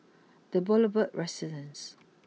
the Boulevard Residence